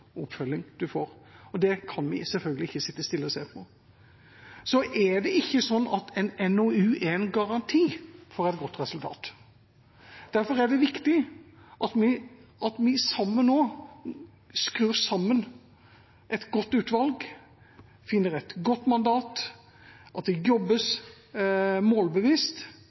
oppfølging en får, og det kan vi selvfølgelig ikke sitte stille og se på. En NOU er ikke en garanti for et godt resultat. Derfor er det viktig at vi nå skrur sammen et godt utvalg, finner et godt mandat, at det jobbes målbevisst